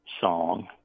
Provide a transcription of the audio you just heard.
song